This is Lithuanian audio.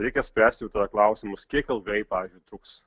reikia spręsti klausimus kiek ilgai pavyzdžiui truks